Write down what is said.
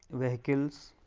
vehicles